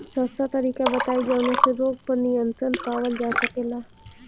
सस्ता तरीका बताई जवने से रोग पर नियंत्रण पावल जा सकेला?